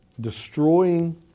Destroying